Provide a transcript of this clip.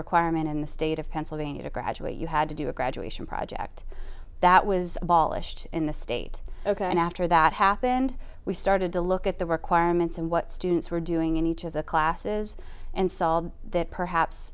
requirement in the state of pennsylvania to graduate you had to do a graduation project that was balazs in the state ok and after that happened we started to look at the requirements and what students were doing in each of the classes and solved that perhaps